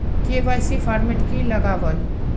KYC format की लगावल?